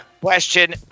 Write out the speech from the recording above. Question